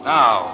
Now